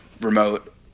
remote